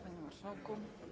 Panie Marszałku!